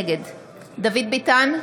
נגד דוד ביטן,